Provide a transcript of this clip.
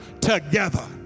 together